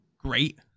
great